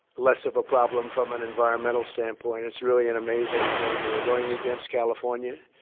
less of a problem, from an environmental standpoint. it's really an amazing thing. we're going against california.